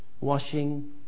washing